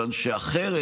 מכיוון שאחרת,